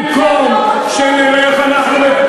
במקום שנראה איך אנחנו,